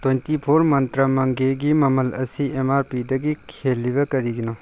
twenty four Mantra ꯃꯪꯉꯦꯒꯤ ꯃꯃꯜ ꯑꯁꯤ ꯑꯦꯝ ꯑꯥꯔ ꯄꯤꯗꯒꯤ ꯍꯦꯜꯂꯤꯕ ꯀꯔꯤꯒꯤꯅꯣ